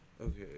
okay